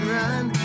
run